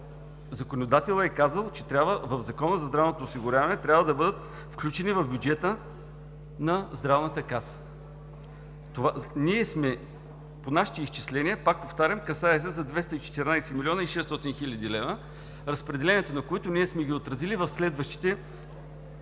законодателят е казал в Закона за здравното осигуряване, че трябва да бъдат включени в бюджета на Здравната каса. По нашите изчисления, пак повтарям, се касае за 214 млн. 600 хил. лв., разпределението на които ние сме го отразили в следващите